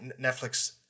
Netflix